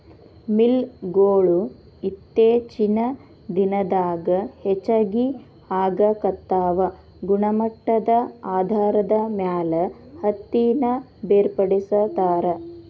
mill ಗೊಳು ಇತ್ತೇಚಿನ ದಿನದಾಗ ಹೆಚಗಿ ಆಗಾಕತ್ತಾವ ಗುಣಮಟ್ಟದ ಆಧಾರದ ಮ್ಯಾಲ ಹತ್ತಿನ ಬೇರ್ಪಡಿಸತಾರ